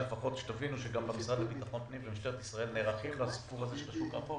גם במשרד לביטחון פנים ובמשטרת ישראל נערכים לסיפור הזה של השוק האפור,